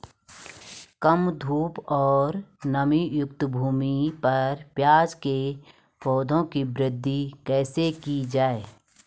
कम धूप और नमीयुक्त भूमि पर प्याज़ के पौधों की वृद्धि कैसे की जाए?